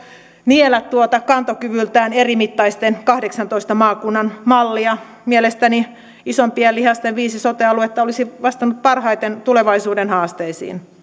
niellä tuota kantokyvyltään eri mittaisten kahdeksantoista maakunnan mallia mielestäni isompien lihasten viisi sote aluetta olisi vastannut parhaiten tulevaisuuden haasteisiin